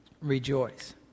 Rejoice